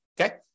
okay